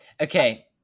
Okay